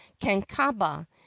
Kankaba